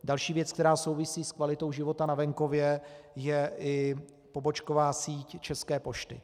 Další věc, která souvisí s kvalitou života na venkově, je i pobočková síť České pošty.